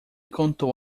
contou